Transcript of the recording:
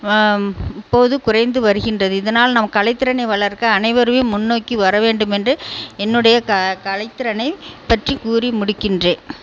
வ இப்போது குறைந்து வருகின்றது இதனால் நம்ம கலைத்திறனை வளர்க்க அனைவரையும் முன்னோக்கி வரவேண்டும் என்று என்னுடைய க கலைத்திறனை பற்றிக் கூறி முடிக்கின்றேன்